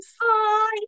Bye